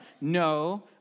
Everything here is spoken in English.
No